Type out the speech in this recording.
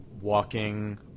walking